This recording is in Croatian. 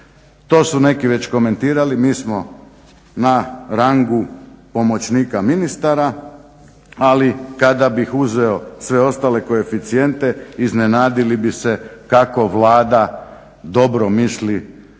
To su neki već komentirali, mi smo na rangu pomoćnika ministara ali kada bih uzeo sve ostale koeficijente iznenadili bi se kako Vlada dobro misli o našim